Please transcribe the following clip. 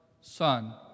Son